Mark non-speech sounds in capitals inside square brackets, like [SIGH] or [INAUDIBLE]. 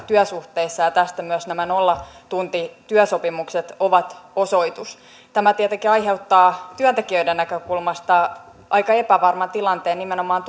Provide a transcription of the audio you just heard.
työsuhteissa ja tästä myös nämä nollatuntityösopimukset ovat osoitus tämä tietenkin aiheuttaa työntekijöiden näkökulmasta aika epävarman tilanteen nimenomaan [UNINTELLIGIBLE]